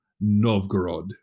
Novgorod